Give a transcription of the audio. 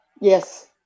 Yes